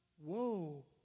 Whoa